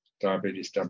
diabetes